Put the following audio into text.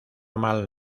mal